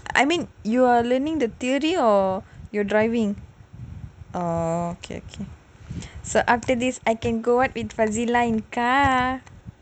I mean you are learning the theory or you are driving oh okay okay so after this I can go out with fauzila in car